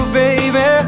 baby